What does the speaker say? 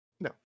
No